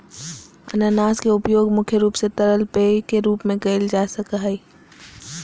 अनानास के उपयोग मुख्य रूप से तरल पेय के रूप में कईल जा हइ